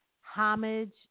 homage